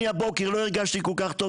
אני הבוקר לא הרגשתי כל כך טוב,